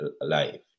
life